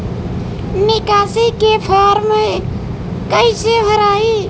निकासी के फार्म कईसे भराई?